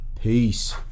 Peace